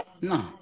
no